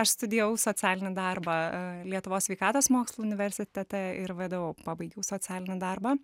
aš studijavau socialinį darbą lietuvos sveikatos mokslų universitete ir vdu pabaigiau socialinį darbą